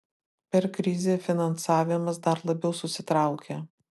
per krizę finansavimas dar labiau susitraukė